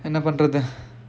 என்ன பன்றது:enna pandrathu